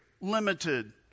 limited